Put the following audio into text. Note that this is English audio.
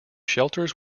shelters